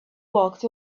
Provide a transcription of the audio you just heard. walked